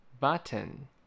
Button